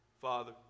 Father